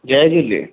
जय झूले